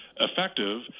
effective